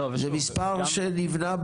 זה מספר שנבנה ביחד,